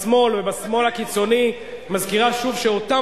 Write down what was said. בשמאל ובשמאל הקיצוני מזכירה שוב שאותם